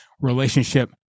relationship